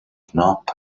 fnap